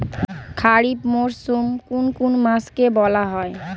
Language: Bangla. খারিফ মরশুম কোন কোন মাসকে বলা হয়?